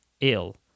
ill